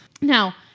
Now